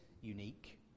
unique